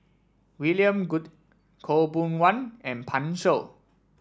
William Goode Khaw Boon Wan and Pan Shou